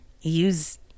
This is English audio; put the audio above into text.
use